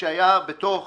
שהיה בתוך